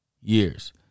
years